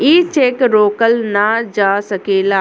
ई चेक रोकल ना जा सकेला